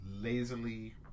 lazily